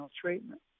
treatment